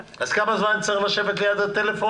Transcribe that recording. כמה זמן אני צריך לשבת על יד הטלפון?